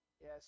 Yes